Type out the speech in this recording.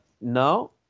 No